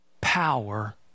power